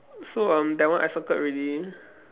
so um that one I circled already